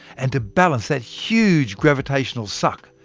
and to balance that huge gravitational suck,